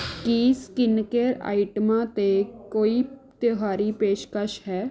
ਕੀ skin care ਆਈਟਮਾਂ 'ਤੇ ਕੋਈ ਤਿਉਹਾਰੀ ਪੇਸ਼ਕਸ਼ ਹੈ